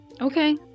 okay